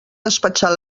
despatxar